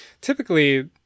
typically